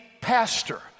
pastor